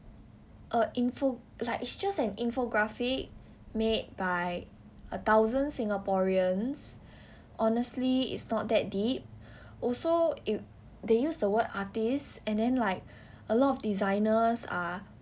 a info like it's just an infographic made by a thousand singaporeans honestly it's not that deep also they use the word artist and then like a lot of designers are